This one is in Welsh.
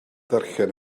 ddarllen